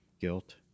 guilt